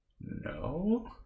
No